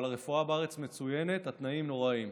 הרפואה בארץ מצוינת, התנאים נוראיים.